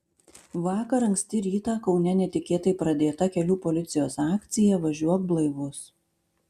vakar anksti rytą kaune netikėtai pradėta kelių policijos akcija važiuok blaivus